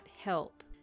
help